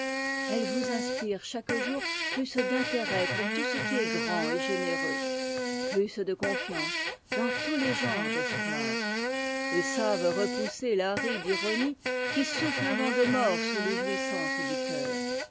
ettes vous inspirent chaque jour plus d'intérêt pour tout ce qui est grand et généreux plus de conûanee dans tous lés genres d'espoir et savent repousser l'aride ironie qui souffle un vent de mort sur les jouissances du cœur